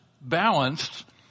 balanced